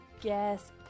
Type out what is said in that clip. guess